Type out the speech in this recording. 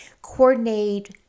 Coordinate